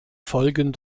folgen